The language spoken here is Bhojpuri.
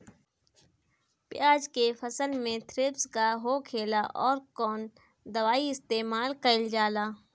प्याज के फसल में थ्रिप्स का होखेला और कउन दवाई इस्तेमाल कईल जाला?